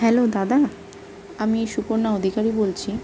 hello দাদা আমি সুপর্ণা অধিকারী বলছি